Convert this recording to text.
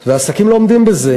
אבל עסקים לא עומדים בזה,